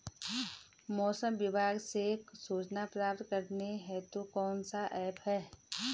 मौसम विभाग से सूचना प्राप्त करने हेतु कौन सा ऐप है?